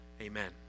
Amen